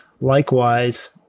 Likewise